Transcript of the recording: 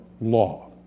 law